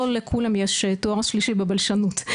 לא לכולם יש תואר שלישי בבלשנות,